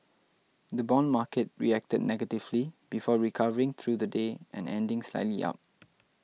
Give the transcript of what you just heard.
the bond market reacted negatively before recovering through the day and ending slightly up